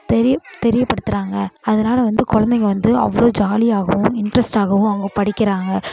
தெரியப் தெரியபடுத்துறாங்க அதனால் வந்து குழந்தைங்க வந்து அவ்வளோ ஜாலியாகவும் இன்ட்ரெஸ்ட் ஆகவும் அவங்க படிக்கிறாங்க